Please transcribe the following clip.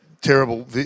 terrible